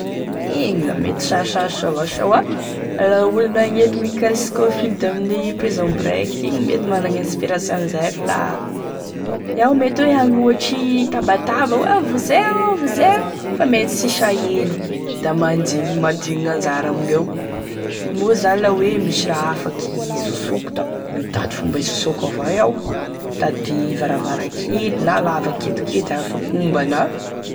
Igny da mety sarosarotry avao sa hoa, la olo magnenty Mickaël Scofield amin'ny prison break igny mety managny inspiration an'izay fa la iaho mety hoe hagnohatry itabataba hoe vonzeo vonzeo o,fa mety sy hisy haheno da mandigny, mandigny gn' anjara amingneo moa zany la hoe misy raha afaky izosoako da mitady fomba hizosoako avao iaho, mitady varavara kely na lavaky kidikidy da afaky omby ana.